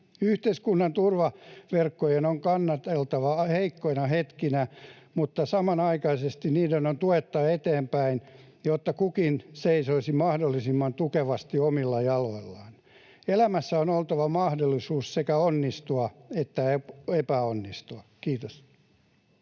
Yhteiskunnan turvaverkkojen on kannateltava heikkoina hetkinä, mutta samanaikaisesti niiden on tuettava eteenpäin, jotta kukin seisoisi mahdollisimman tukevasti omilla jaloillaan. Elämässä on oltava mahdollisuus sekä onnistua että epäonnistua. — Kiitos.